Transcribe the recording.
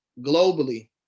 globally